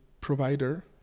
provider